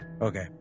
Okay